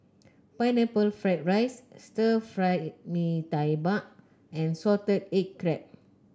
Pineapple Fried Rice Stir Fry Mee Tai Mak and Salted Egg Crab